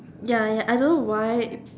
ya ya I don't know why